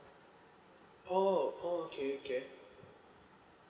oh oh okay okay